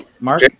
Mark